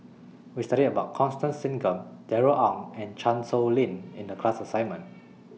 We studied about Constance Singam Darrell Ang and Chan Sow Lin in The class assignment